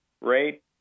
rate